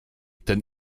ten